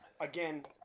again